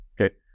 Okay